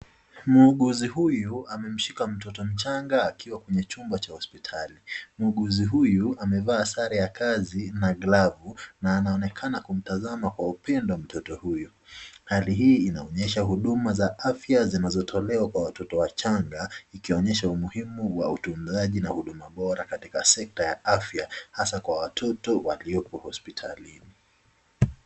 Mhuguzi huyu amemshika mtoto mchanga akiwa kwenye chuma Cha hospitali .Mhuguzi huyu amevaa safe za kazi na glovu. Anaonekana kumtazama kwa upindo mtoi huyu. Hali hii inaonyesha huduma zinazotolewa kwa watoto wachanga ikionyesha umuhi ma utuzaji katika sekta ya utuzaji wa sekta ya afya